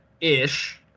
ish